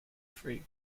free